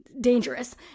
dangerous